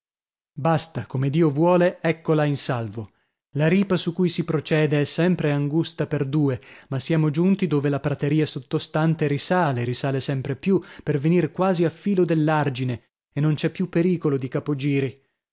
basta come dio vuole eccola in salvo la ripa su cui si procede è sempre angusta per due ma siamo giunti dove la prateria sottostante risale risale sempre più per venir quasi a filo dell'argine e non c'è più pericolo di capogiri